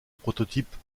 prototype